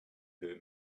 her